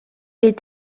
est